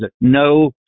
no